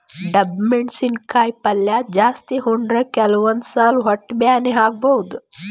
ಡಬ್ಬು ಮೆಣಸಿನಕಾಯಿ ಪಲ್ಯ ಜಾಸ್ತಿ ಉಂಡ್ರ ಕೆಲವಂದ್ ಸಲಾ ಹೊಟ್ಟಿ ಬ್ಯಾನಿ ಆಗಬಹುದ್